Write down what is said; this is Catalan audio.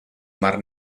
mar